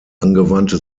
angewandte